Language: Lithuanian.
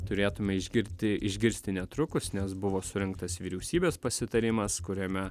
turėtume išgirti išgirsti netrukus nes buvo surinktas vyriausybės pasitarimas kuriame